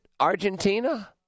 Argentina